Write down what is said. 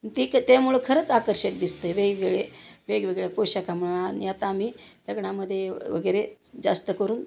ती क त्यामुळं खरंच आकर्षक दिसते वेगवेगळे वेगवेगळ्या पोशाख मिळून आता आम्ही लग्नामध्येवगेरे जास्त करून